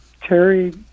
Terry